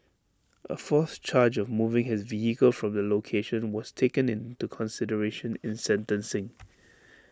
A fourth charge of moving his vehicle from the location was taken into consideration in sentencing